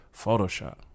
Photoshop